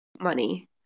money